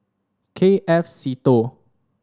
K F Seetoh